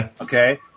Okay